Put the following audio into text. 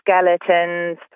skeletons